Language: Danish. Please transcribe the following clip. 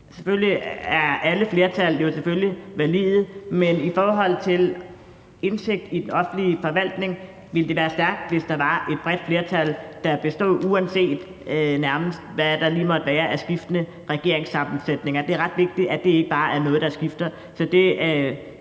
ærgerligt. Alle flertal er jo selvfølgelig valide, men i forhold til indsigt i den offentlige forvaltning ville det være stærkt, hvis der var et bredt flertal, der bestod, nærmest uanset hvad der lige måtte være af skiftende regeringssammensætninger. Det er ret vigtigt, at det ikke bare er noget, der skifter.